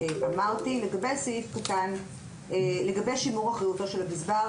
לגבי שימור אחריותו של הגזבר,